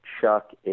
Chuck